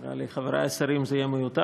נראה לי ש"חברי השרים" יהיה מיותר,